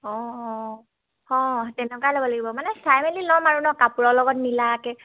অঁ অঁ অঁ তেনেকুৱাই ল'ব লাগিব মানে চাই মেলি ল'ম আৰু নহ্ কাপোৰৰ লগত মিলাকৈ